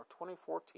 2014